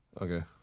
Okay